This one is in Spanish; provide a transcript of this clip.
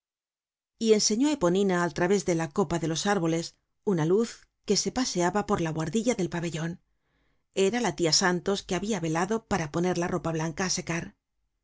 y enseñó á eponinaal través de la copa de los árboles una luz que se paseaba por la buhardilla del pabellon era la tia santos que habia velado para poner la ropa blanca á secar